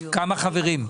כמה חברים?